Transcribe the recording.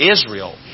Israel